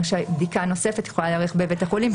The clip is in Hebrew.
בדיקה נוספת יכולה להיערך בבית החולים,